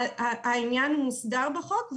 העניין מוסדר בחוק.